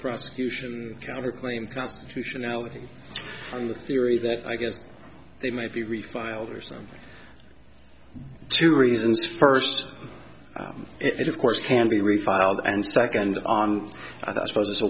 prosecution counterclaim constitutionality theory that i guess they might be refiled or something two reasons first it of course can be refiled and second i suppose it's a